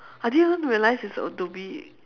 I didn't even realize it's adobe